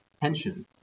tension